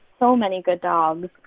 so many good dogs